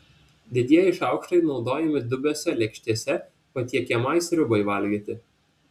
didieji šaukštai naudojami dubiose lėkštėse patiekiamai sriubai valgyti